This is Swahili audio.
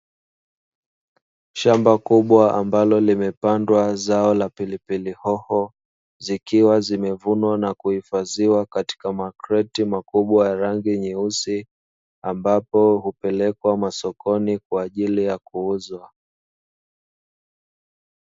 Shamba kubwa ambalo limepandwa zao la pilipili hoho zikiwa zimevunwa na kuhifadhiwa katika makreti makubwa ya rangi nyeusi, ambapo hupelekwa masokoni kwa ajili ya kuuzwa.